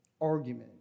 argument